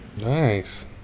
nice